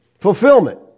fulfillment